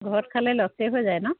ঘৰত খালে লছেই হৈ যায় ন